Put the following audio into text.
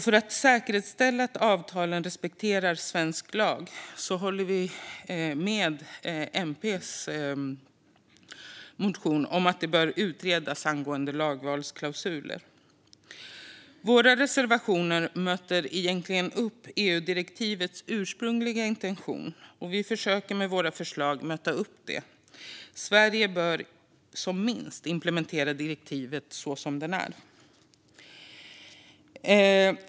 För att säkerställa att avtalen respekterar svensk lag stöder vi MP:s motion om att lagvalsklausuler bör utredas. Våra reservationer möter egentligen upp EU-direktivets ursprungliga intention, och vi försöker med våra förslag att möta upp den. Sverige bör som minst implementera direktivet så som det är.